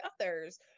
others